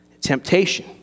temptation